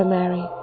Mary